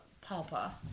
papa